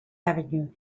avenue